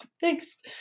Thanks